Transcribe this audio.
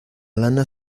lana